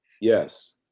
yes